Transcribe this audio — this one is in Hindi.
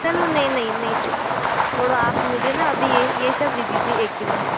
चलो नहीं नहीं नहीं चाहिए थोड़ा आप मुझे ना अभी यही ये सब दे दीजिए एक किलो